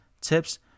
tips